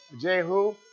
Jehu